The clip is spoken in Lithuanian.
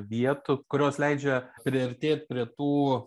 vietų kurios leidžia priartėt prie tų